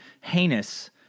heinous